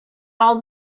all